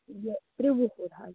یہِ تُِرٛو وُہر حظ